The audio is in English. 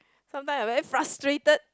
sometime I very frustrated